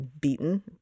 beaten